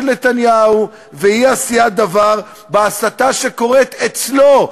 נתניהו ואי-עשיית דבר בהסתה שקורית אצלו,